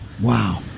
Wow